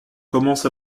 commence